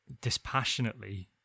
dispassionately